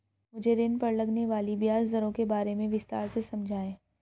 मुझे ऋण पर लगने वाली ब्याज दरों के बारे में विस्तार से समझाएं